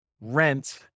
Rent